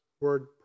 word